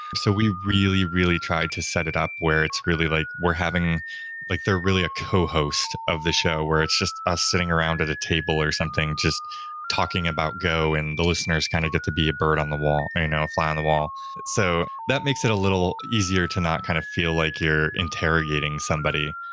so we really, really tried to set it up where it's really like we're having like they're really a co-host of the show, where it's just us sitting around at a table or something, just talking about go and the listeners kind of get to be a bird on the wall, a you know fly on the wall so that that makes it a little easier to not kind of feel like you're interrogating somebody.